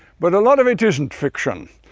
but a lot of it isn't fiction.